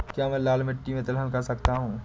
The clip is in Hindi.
क्या मैं लाल मिट्टी में तिलहन कर सकता हूँ?